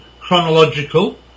chronological